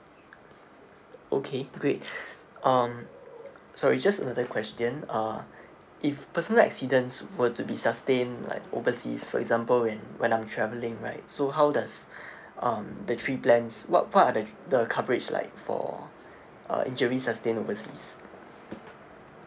okay great um sorry just another question uh if personal accidents were to be sustained like overseas for example when when I'm travelling right so how does um the three plans what what are the coverage like for uh injury sustained overseas